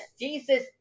Jesus